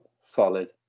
solid